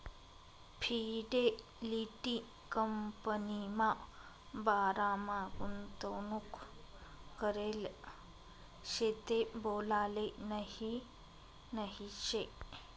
Fidelity कंपनीमा बारामा गुंतवणूक करेल शे ते बोलाले नही नही शे